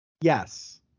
Yes